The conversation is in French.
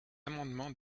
amendement